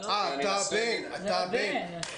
את הדברים אבל הוצעו הרבה מאוד פתרונות בתוך המוסדות,